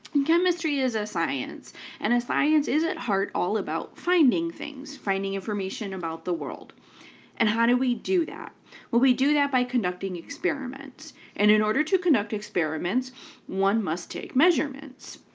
chemistry is a science and a science is at heart all about finding things, finding information about the world and how do we do that? well we do that by conducting experiments and in order to conduct experiments one must take measurements.